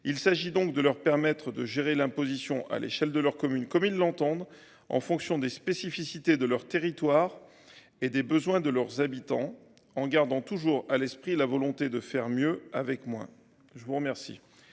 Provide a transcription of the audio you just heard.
Il s’agit donc de leur permettre de gérer l’imposition à l’échelle de leur commune comme ils l’entendent, en fonction des spécificités de leur territoire et des besoins de leurs habitants, en gardant toujours à l’esprit la volonté de faire mieux avec moins. La parole